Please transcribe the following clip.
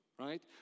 Right